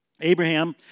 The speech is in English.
Abraham